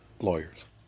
lawyers